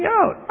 out